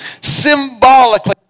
Symbolically